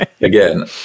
again